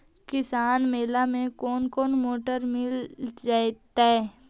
किसान मेला में कोन कोन मोटर मिल जैतै?